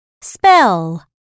Spell